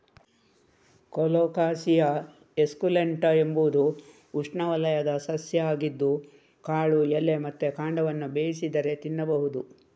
colocasia esculenta ಎಂಬುದು ಉಷ್ಣವಲಯದ ಸಸ್ಯ ಆಗಿದ್ದು ಕಾಳು, ಎಲೆ ಮತ್ತೆ ಕಾಂಡವನ್ನ ಬೇಯಿಸಿದರೆ ತಿನ್ಬಹುದು